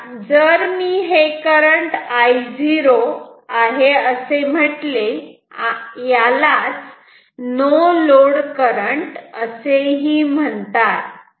जर मी हे करंट I0 असे म्हटले यालाच नो लोड करंट असेही म्हणतात